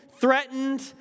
threatened